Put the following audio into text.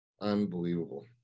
unbelievable